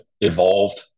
evolved